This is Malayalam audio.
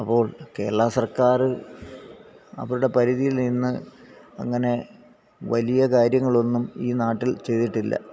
അപ്പോള് കേരളാ സര്ക്കാര് അവരുടെ പരിധിയില് നിന്ന് അങ്ങനെ വലിയ കാര്യങ്ങളൊന്നും ഈ നാട്ടില് ചെയ്തിട്ടില്ല